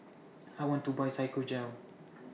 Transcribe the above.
I want to Buy Physiogel